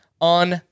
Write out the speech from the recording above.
on